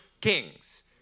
kings